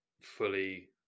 fully